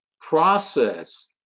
process